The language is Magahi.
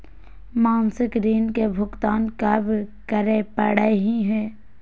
मासिक ऋण के भुगतान कब करै परही हे?